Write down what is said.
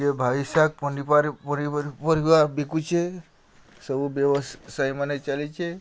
କି ଭାଇ ପରିବାର ବିକୁଛେଁ ସବୁ ବ୍ୟବସାୟୀମାନେ ଚାଲିଛେଁ